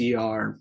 cr